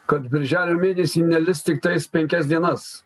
kad birželio mėnesį nelis tiktais penkias dienas